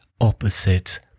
opposite